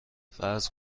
فرض